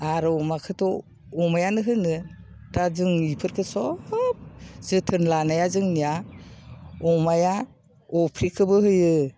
आरो अमाखौथ' अमायानो होनो दा जों बेफोरखौ सब जोथोन लानाया जोंनिया अमाया अफ्रिखौबो होयो